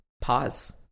pause